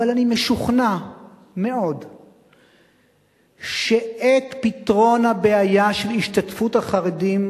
אבל אני משוכנע מאוד שאת פתרון הבעיה של השתתפות החרדים